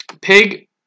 Pig